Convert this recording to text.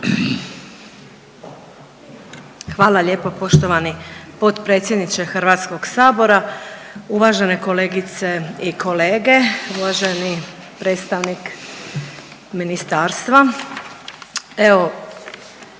Hvala lijepo poštovani potpredsjedniče Hrvatskog sabora. Uvažene kolegice i kolege, uvaženi predstavnik ministarstva,